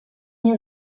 nie